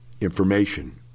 Information